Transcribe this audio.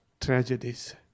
tragedies